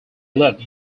left